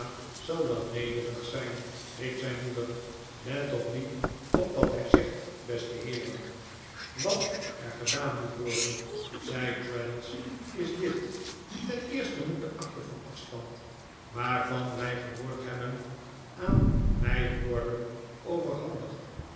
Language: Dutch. zal wel nederig zijn riep zijn moeder let toch niet op wat hij zegt beste heeren wat er gedaan moet worden zei traddles is dit ten eerste moet de akte van afstand waarvan wij gehoord hebben aan mij worden overhandigd